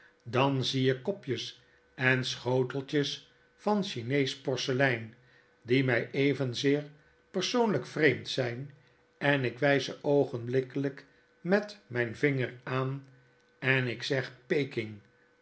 dan zie ik kopjes en schoteltjes van chineesch porselein die my evenzeer persoonlijk vreemd zyn en ik wys ze oogenblikkelijk met myn vinger aan en ik zeg